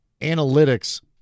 analytics